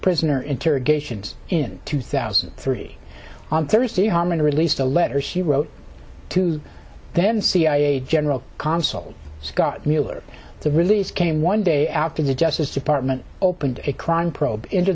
prisoner interrogations in two thousand and three on thursday harman released a letter she wrote to the then cia general consul scott mueller to release came one day after the justice department opened a crime probe into